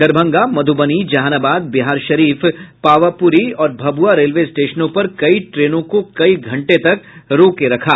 दरभंगा मध्यबनी जहानाबाद बिहारशरीफ पावापुरी और भभुआ रेलवे स्टेशनों पर कई ट्रेनों को कई घंटे तक रोके रखा